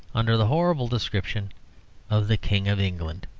under the horrible description of the king of england.